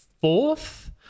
fourth